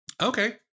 Okay